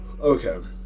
Okay